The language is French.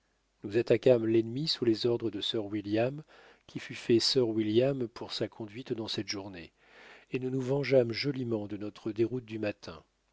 nous attaquâmes l'ennemi sous les ordres de sir william qui fut fait sir william pour sa conduite dans cette journée et nous nous vengeâmes joliment de notre déroute du matin